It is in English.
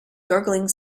gurgling